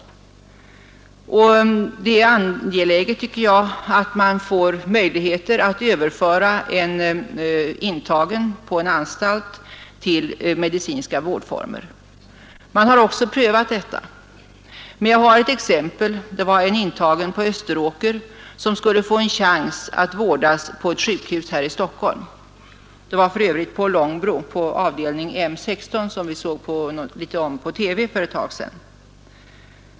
Det är också angeläget att man får möjligheter att överföra en intagen på en anstalt till medicinska vårdformer. Man har också prövat detta. Jag har ett exempel. En intagen på Österåker skulle få en chans att vårdas på ett sjukhus här i Stockholm; det var för övrigt på avdelning M 16 på Långbro, som vi såg litet om i TV för ett tag sedan.